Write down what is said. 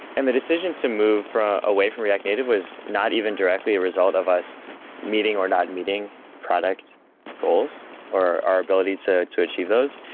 and the decision to move away from react native was not even directly a result of us meeting, or not meeting product goals, or our ability to to achieve those.